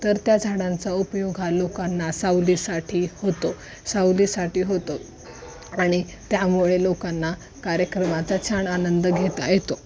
तर त्या झाडांचा उपयोग हा लोकांना सावलीसाठी होतो सावलीसाठी होतो आणि त्यामुळे लोकांना कार्यक्रमाचा छान आनंद घेता येतो